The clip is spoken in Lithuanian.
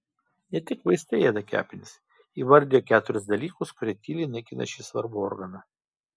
ne tik vaistai ėda kepenis įvardijo keturis dalykus kurie tyliai naikina šį svarbų organą